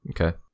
Okay